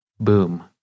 boom